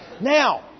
Now